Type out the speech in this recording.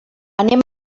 anem